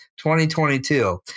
2022